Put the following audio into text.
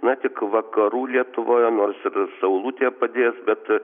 na tik vakarų lietuvoje nors saulutė padės bet